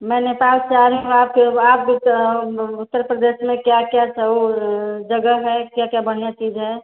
मैं नेपाल से आ रही हूँ आपके आप भी तो उत्तर प्रदेश में क्या क्या जगह है क्या क्या बढ़िया चीज है